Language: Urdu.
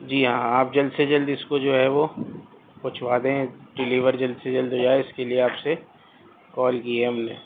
جی ہاں آپ جلد سے جلد اس کو جو ہے وہ پہنچوا دیں ڈیلیور جلد سے جلد ہو جائے اس کے لیے آپ سے کال کی ہے ہم نے